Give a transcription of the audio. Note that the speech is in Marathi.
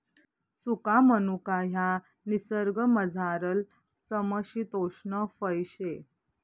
सुका मनुका ह्या निसर्गमझारलं समशितोष्ण फय शे